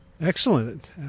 Excellent